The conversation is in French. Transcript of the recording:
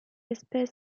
espèce